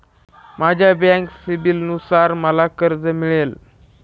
माझ्या बँक सिबिलनुसार मला किती कर्ज मिळेल?